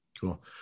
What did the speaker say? Cool